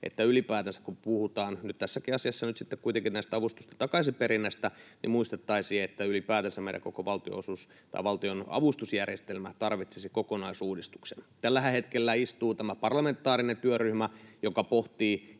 että ylipäätänsä kun puhutaan tässäkin asiassa nyt kuitenkin näiden avustusten takaisinperinnästä, niin muistettaisiin, että ylipäätänsä meidän koko valtion avustusjärjestelmä tarvitsisi kokonaisuudistuksen. Tällä hetkellähän istuu tämä parlamentaarinen työryhmä, joka pohtii